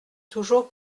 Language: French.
toujours